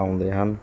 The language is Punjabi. ਆਉਂਦੇ ਹਨ